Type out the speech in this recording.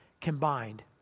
combined